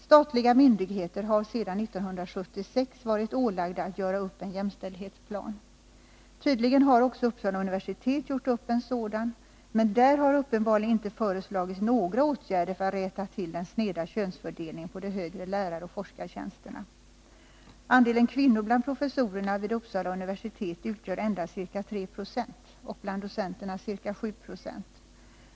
Statliga myndigheter har sedan 1976 varit ålagda att göra upp en jämställdhetsplan. Tydligen har också Uppsala universitet gjort upp en sådan, men där har uppenbarligen inte föreslagits några åtgärder för att rätta till den sneda könsfördelningen på de högre läraroch forskartjänsterna. Andelen kvinnor bland professorerna vid Uppsala universitet utgör endast ca 3 20 och bland docenterna ca 7 20.